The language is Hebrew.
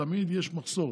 תמיד יש מחסור.